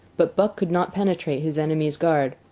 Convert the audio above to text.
but buck could not penetrate his enemy's guard.